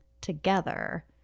together